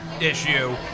issue